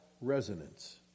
resonance